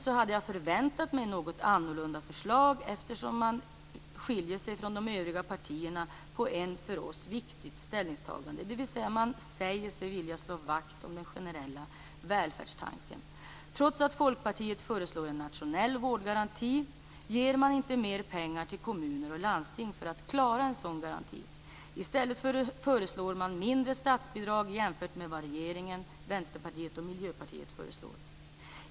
Jag hade förväntat mig ett något annorlunda förslag från Folkpartiet, eftersom man skiljer sig ifrån de övriga borgerliga partierna i fråga om ett för oss viktigt ställningstagande. Man säger sig vilja slå vakt om den generella välfärdstanken. Trots att Folkpartiet föreslår en nationell vårdgaranti ger man inte mer pengar till kommuner och landsting för att klara en sådan garanti. I stället förslår man mindre statsbidrag jämfört med vad regeringen, Vänsterpartiet och Miljöpartiet föreslår.